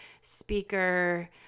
speaker